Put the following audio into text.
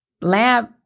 lab